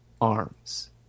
arms